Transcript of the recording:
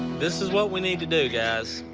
this is what we need to do, guys.